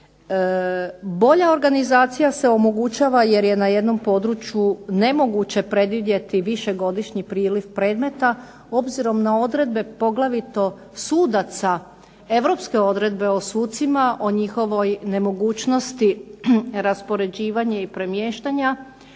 Bolja organizacija se omogućava jer je na jednom području nemoguće predvidjeti višegodišnji priliv predmeta, obzirom na odredbe sudaca, Europske odredbe o sucima, o njihovoj nemogućnosti raspoređivanja i premještanja